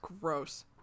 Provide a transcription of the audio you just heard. Gross